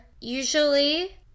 usually